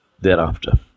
thereafter